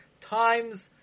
times